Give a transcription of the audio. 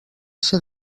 ser